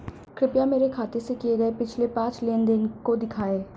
कृपया मेरे खाते से किए गये पिछले पांच लेन देन को दिखाएं